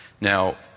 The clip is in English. Now